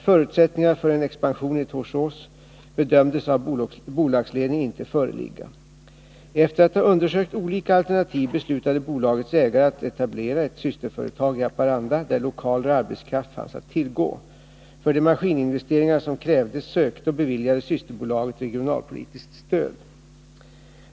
Förutsättningar för en expansion i Torsås bedömdes av bolagsledningen inte föreligga. Efter att ha undersökt olika alternativ beslutade bolagets ägare att etablera ett systerföretag i Haparanda, där lokaler och arbetskraft fanns att tillgå. För de maskininvesteringar som krävdes sökte och beviljades systerbolaget regionalpolitiskt stöd.